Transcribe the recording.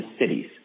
cities